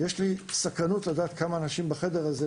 לי סקרנות לדעת כמה אנשים בחדר הזה,